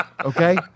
okay